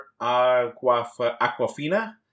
Aquafina